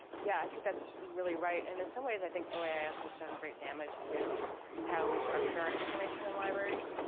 yeah, i think that's really right. and in some ways, i think oas has done great damage to how we structure our information in libraries.